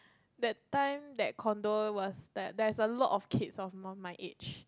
that time that condo was there there's a lot of kids of non my age